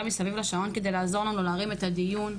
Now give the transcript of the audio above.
מסביב לשעון כדי לעזור לנו להרים את הדיון,